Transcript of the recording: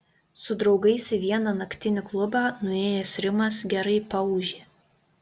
su draugais į vieną naktinį klubą nuėjęs rimas gerai paūžė